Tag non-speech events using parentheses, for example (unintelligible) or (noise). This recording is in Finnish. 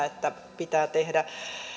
(unintelligible) että pitää tehdä